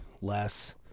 less